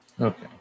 Okay